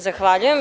Zahvaljujem.